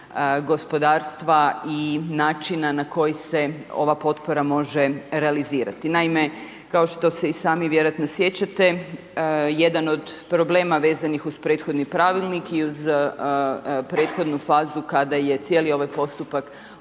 gospodarstva i načina na koji se ova potpora može realizirati. Naime, kao što se i sami vjerojatno sjećate jedan od problema vezanih uz prethodni pravilnik i uz prethodnu fazu kada je cijeli ovaj postupak vodilo